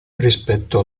rispetto